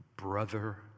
Brother